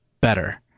better